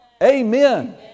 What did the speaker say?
Amen